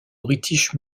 british